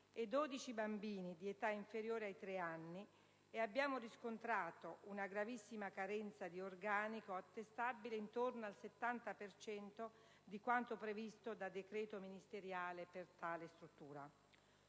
e 12 bambini di età inferiore ai tre anni, e abbiamo riscontrato una gravissima carenza di organico, attestabile intorno al 70 per cento rispetto a quanto previsto da decreto ministeriale per tale struttura.